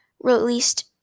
released